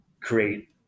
create